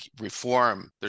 reform